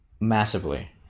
Massively